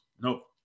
Nope